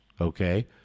okay